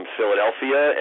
Philadelphia